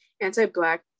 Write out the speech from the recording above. anti-Black